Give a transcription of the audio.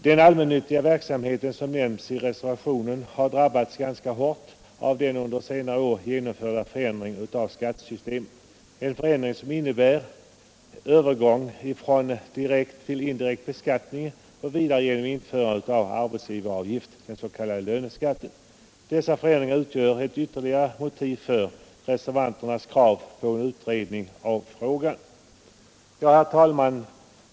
Den allmännyttiga verksamhet som nämnts i reservationen 1 har drabbats ganska hårt av den under senare år genomförda förändringen av skattesystemet, innebärande övergång från direkt till indirekt beskattning, och vidare genom införandet av arbetsgivaravgiften, den s.k. löneskatten. Dessa förändringar utgör ett ytterligare motiv för reservanternas krav på en utredning av frågan. Herr talman!